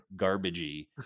garbagey